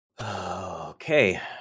Okay